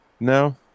No